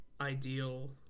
ideal